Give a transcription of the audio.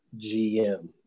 GM